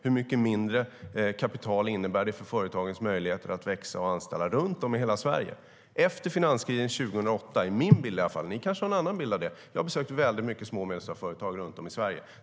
Hur mycket mindre kapital innebär det i fråga om företagens möjligheter att växa och anställa runt om i hela Sverige? Jag har en bild av hur det har varit efter finanskrisen 2008 - ni kanske har en annan bild av det. Jag har besökt väldigt många små och medelstora företag runt om i Sverige.